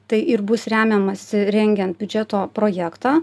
tai ir bus remiamasi rengiant biudžeto projektą